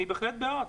אני בהחלט בעד.